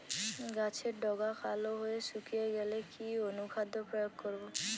গাছের ডগা কালো হয়ে শুকিয়ে গেলে কি অনুখাদ্য প্রয়োগ করব?